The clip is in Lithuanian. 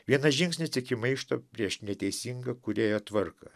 vienas žingsnis iki maišto prieš neteisingą kūrėjo tvarką